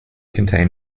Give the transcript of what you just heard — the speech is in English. contain